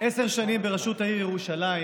עשר שנים בראשות העיר ירושלים